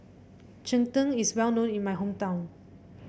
Cheng Tng is well known in my hometown